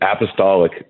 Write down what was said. apostolic